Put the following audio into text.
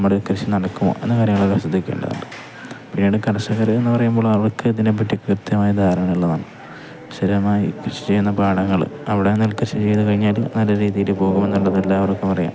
നമ്മുടെ കൃഷി നടക്കുമോ എന്ന കാര്യങ്ങളൊക്കെ ശ്രദ്ധിക്കേണ്ടതുണ്ട് പിന്നീട് കർഷകർ എന്ന് പറയുമ്പോൾ അവർക്ക് ഇതിനെപ്പറ്റി കൃത്യമായ ധാരണ ഉള്ളതാണ് സ്ഥിരമായി കൃഷി ചെയ്യുന്ന പാഠങ്ങൾ അവിടെ നെൽകൃഷി ചെയ്ത് കഴിഞ്ഞാൽ നല്ല രീതിയിൽ പോകും എന്നുള്ളത് എല്ലാവർക്കും അറിയാം